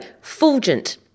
fulgent